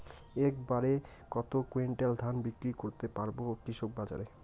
এক বাড়ে কত কুইন্টাল ধান বিক্রি করতে পারবো কৃষক বাজারে?